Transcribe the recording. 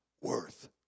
worth